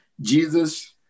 Jesus